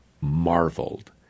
marveled